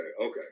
okay